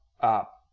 up